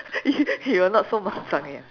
you you will not so eh